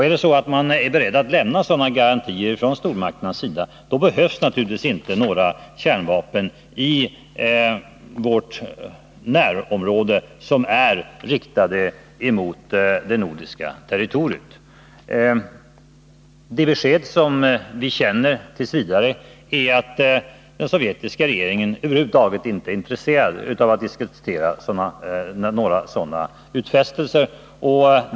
Är stormakterna beredda att lämna sådana garantier, behövs naturligtvis inte några kärnvapen i vårt närområde, riktade mot det nordiska territoriet. Det besked vi tills vidare känner är att den sovjetiska regeringen över huvud taget inte är intresserad av att diskutera några sådana utfästelser.